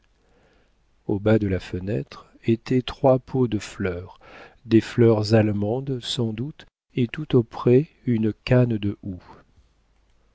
au bas de la fenêtre étaient trois pots de fleurs des fleurs allemandes sans doute et tout auprès une canne de houx